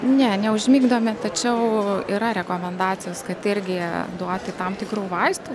ne neužmigdomi tačiau yra rekomendacijos kad irgi duoti tam tikrų vaistų